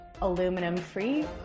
aluminum-free